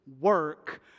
work